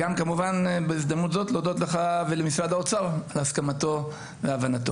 גם כמובן בהזדמנות זאת להודות לך ולמשרד האוצר על הסכמתו והבנתו.